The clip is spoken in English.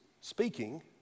speaking